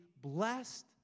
blessed